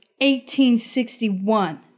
1861